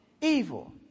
Evil